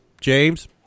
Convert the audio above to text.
James